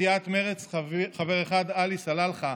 סיעת מרצ, חבר אחד, עלי סלאלחה.